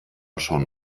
schon